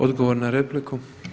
Odgovor na repliku.